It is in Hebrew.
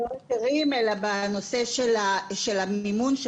לא היטלים אלא בנושא של המימון של